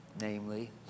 namely